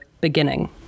beginning